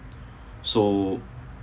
so